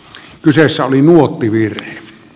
kyseessä oli nuottivirhett